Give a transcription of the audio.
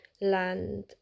land